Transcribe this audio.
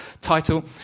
title